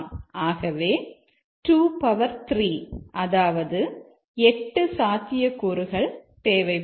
ஆகவே 23 அதாவது 8 சாத்தியக்கூறுகள் தேவைப்படும்